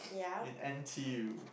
in n_t_u